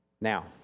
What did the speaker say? Now